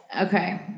okay